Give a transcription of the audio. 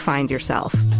find yourself,